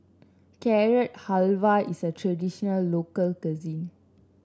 Carrot Halwa is a traditional local cuisine